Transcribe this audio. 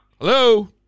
Hello